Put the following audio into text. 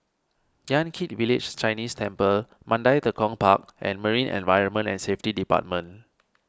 Yan Kit Village Chinese Temple Mandai Tekong Park and Marine Environment and Safety Department